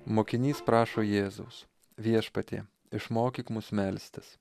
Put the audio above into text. mokinys prašo jėzaus viešpatie išmokyk mus melstis